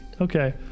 Okay